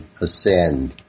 ascend